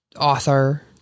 author